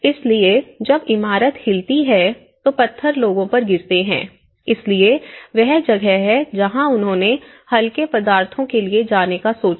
इसलिए जब इमारत हिलती है तो पत्थर लोगों पर गिरते थे इसलिए वह जगह है जहां उन्होंने हल्के पदार्थों के लिए जाने का सोचा